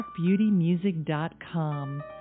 darkbeautymusic.com